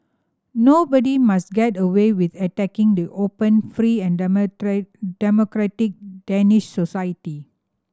nobody must get away with attacking the open free and democratic Danish society